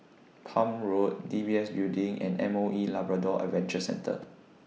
Palm Road D B S Building and M O E Labrador Adventure Centre